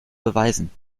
beweisen